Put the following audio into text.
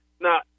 Now